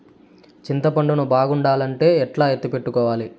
చింతపండు ను బాగుండాలంటే ఎట్లా ఎత్తిపెట్టుకోవాలి?